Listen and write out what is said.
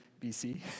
BC